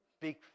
Big